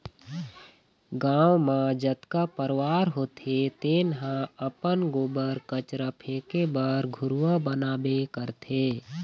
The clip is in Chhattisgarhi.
गाँव म जतका परवार होथे तेन ह अपन गोबर, कचरा फेके बर घुरूवा बनाबे करथे